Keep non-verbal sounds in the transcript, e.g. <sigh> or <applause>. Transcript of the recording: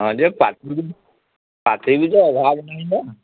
ହଁ ଯେ <unintelligible> ପାଖେଇକି ଯେ ଅଧା ଅଧା ନାହିଁ ତ